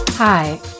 Hi